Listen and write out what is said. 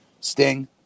Sting